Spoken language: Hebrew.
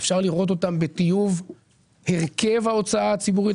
בטיוב הרכב ההוצאה הציבורית.